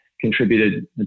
contributed